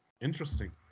Interesting